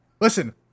Listen